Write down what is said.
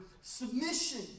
submission